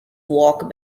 walk